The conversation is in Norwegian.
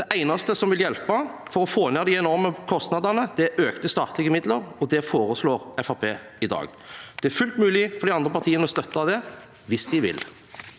Det eneste som vil hjelpe for å få ned de enorme kostnadene, er økte statlige midler, og det foreslår Fremskrittspartiet i dag. Det er fullt mulig for de andre partiene å støtte det – hvis de vil.